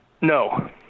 No